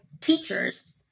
teachers